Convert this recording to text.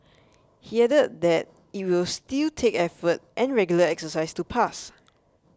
he added that it will still take effort and regular exercise to pass